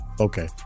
okay